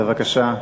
בבקשה.